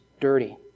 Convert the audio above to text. dirty